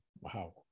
Wow